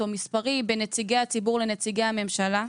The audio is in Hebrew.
מספרי בין נציגי הציבור לנציגי הממשלה.